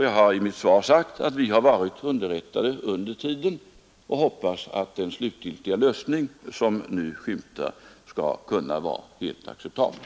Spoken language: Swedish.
Jag har i mitt svar sagt att vi har varit underrättade under tiden, och jag hoppas att den slutgiltiga lösning som nu skymtar skall kunna vara helt acceptabel.